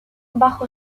bajo